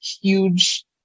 huge